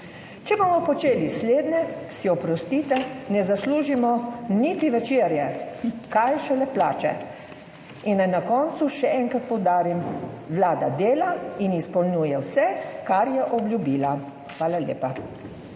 Če bomo počeli slednje, si, oprostite, ne zaslužimo niti večerje, kaj šele plače. Naj na koncu še enkrat poudarim, Vlada dela in izpolnjuje vse, kar je obljubila. Hvala lepa.